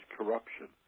corruption